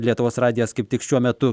lietuvos radijas kaip tik šiuo metu